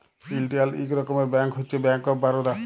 ইলডিয়াল ইক রকমের ব্যাংক হছে ব্যাংক অফ বারদা